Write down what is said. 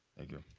thank you.